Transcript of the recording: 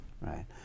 right